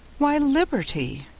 why, liberty!